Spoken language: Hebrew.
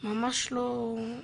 ממש לא.